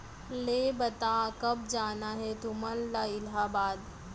ले बता, कब जाना हे तुमन ला इलाहाबाद?